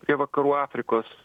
prie vakarų afrikos